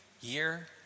year